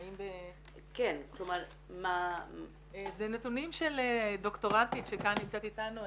זה נתונים של דוקטורנטית שכאן נמצאת איתנו,